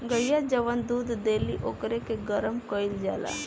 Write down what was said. गइया जवन दूध देली ओकरे के गरम कईल जाला